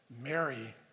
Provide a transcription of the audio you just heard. Mary